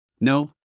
No